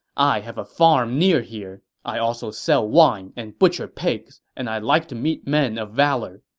i have a farm near here. i also sell wine and butcher pigs, and i like to meet men of valor.